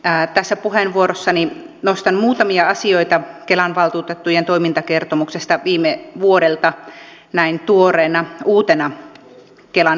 tässä puheenvuorossani nostan muutamia asioita kelan valtuutettujen toimintakertomuksesta viime vuodelta näin tuoreena uutena kelan valtuutettuna